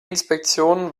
inspektion